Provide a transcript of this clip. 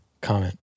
comment